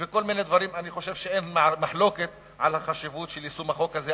אני חושב שאין מחלוקת על החשיבות של יישום החוק הזה,